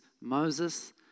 Moses